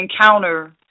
encounter